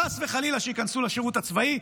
חס וחלילה שייכנסו לשירות הצבאי,